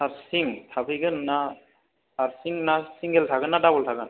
हारसिं थाफैगोन ना हारसिं ना सिंगेल थागोन ना डाबल थागोन